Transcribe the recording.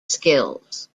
skills